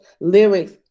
lyrics